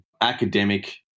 academic